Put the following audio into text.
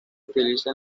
utiliza